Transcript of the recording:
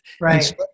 Right